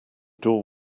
door